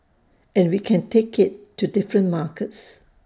and we can take IT to different markets